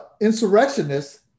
insurrectionists